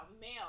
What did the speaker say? male